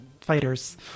fighters